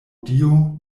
dio